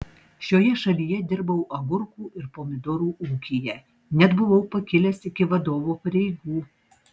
šioje šalyje dirbau agurkų ir pomidorų ūkyje net buvau pakilęs iki vadovo pareigų